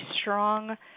strong